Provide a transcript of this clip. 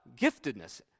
giftedness